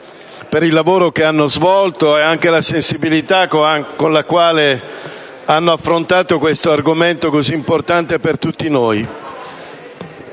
per il lavoro che hanno svolto e per la sensibilità con la quale hanno affrontato questo argomento così importante per tutti noi.